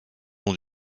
long